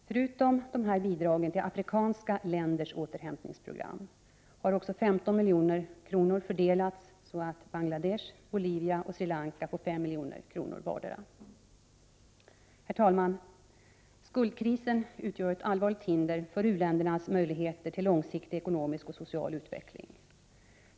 Förutom dessa bidrag till afrikanska länders återhämtningsprogram har också 15 milj.kr. fördelats så att Bangladesh, Bolivia och Sri Lanka får 5 milj.kr. vardera. Herr talman! Skuldkrisen utgör ett allvarligt hinder för u-ländernas möjligheter till långsiktig ekonomisk och social utveckling.